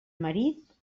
marit